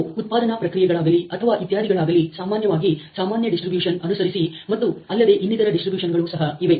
ಅವು ಉತ್ಪಾದನಾ ಪ್ರಕ್ರಿಯೆಗಳಾಗಲಿ ಅಥವಾ ಇತ್ಯಾದಿಗಳಾಗಲಿ ಸಾಮಾನ್ಯವಾಗಿ ಸಾಮಾನ್ಯ ಡಿಸ್ಟ್ರಬ್ಯೂಶನ ಅನುಸರಿಸಿ ಮತ್ತು ಅಲ್ಲದೆ ಇನ್ನಿತರ ಡಿಸ್ಟ್ರಬ್ಯೂಶನಗಳು ಸಹ ಇವೆ